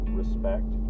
respect